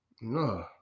No